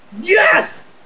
yes